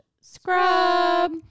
scrub